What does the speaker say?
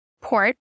port